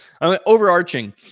Overarching